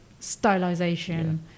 stylization